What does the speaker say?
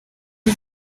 den